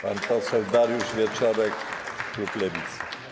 Pan poseł Dariusz Wieczorek, klub Lewicy.